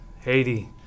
Haiti